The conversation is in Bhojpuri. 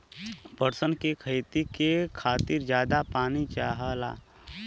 पटसन के खेती के खातिर जादा पानी चाहला